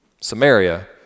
Samaria